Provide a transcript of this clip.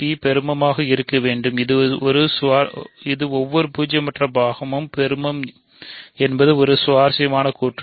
P பெருமமாக இருக்க வேண்டும் இது ஒவ்வொரு பூஜ்ஜியமற்ற பாகமும் பெருமம் என்பது ஒரு சுவாரஸ்யமான கூற்று